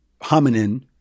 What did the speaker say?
hominin